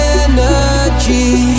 energy